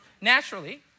naturally